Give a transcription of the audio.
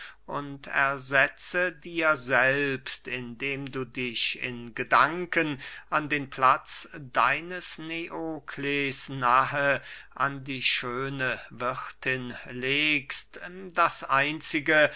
und ersetze dir selbst indem du dich in gedanken an den platz deines neokles nahe an die schöne wirthin legst das einzige